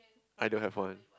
I don't have one